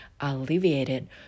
alleviated